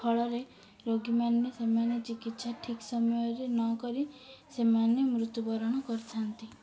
ଫଳରେ ରୋଗୀମାନେ ସେମାନେ ଚିକିତ୍ସା ଠିକ୍ ସମୟରେ ନ କରି ସେମାନେ ମୃତ୍ୟୁବରଣ କରିଥାନ୍ତି